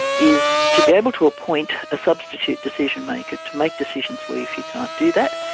is to be able to appoint a substitute decision-maker to make decisions for you if you can't do that,